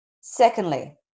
Secondly